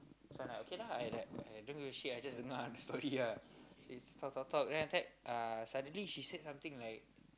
so I like okay lah I like !aiya! I don't give a shit I just don't know ah the story ah then talk talk talk then suddenly she said something like